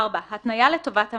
4. התניה לטובת המזמין.